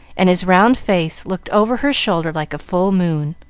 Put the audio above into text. and his round face looked over her shoulder like a full moon.